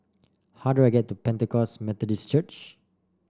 how do I get to Pentecost Methodist Church